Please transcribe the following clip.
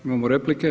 Imamo replike.